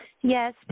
Yes